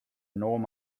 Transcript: norm